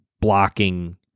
blocking